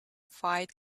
fight